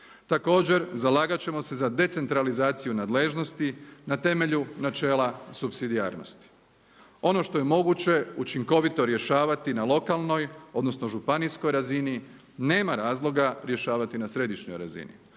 Također, zalagat ćemo se za decentralizaciju nadležnosti na temelju načela supsidijarnosti. Ono što je moguće učinkovito rješavati na lokalnoj, odnosno županijskoj razini nema razloga rješavati na središnjoj razini.